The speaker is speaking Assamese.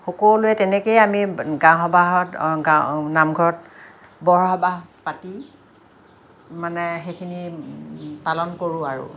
সকলোৱে তেনেকেই আমি গাঁও সবাহত গাঁৱৰ নামঘৰত বৰসবাহ পাতি মানে সেইখিনি পালন কৰোঁ আৰু